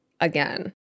again